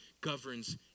governs